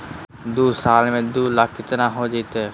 दू साल में दू लाख केतना हो जयते?